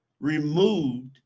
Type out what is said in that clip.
removed